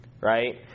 right